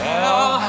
Tell